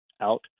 out